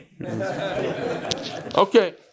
Okay